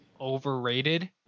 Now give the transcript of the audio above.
Overrated